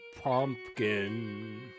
pumpkin